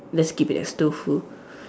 let's keep it as tofu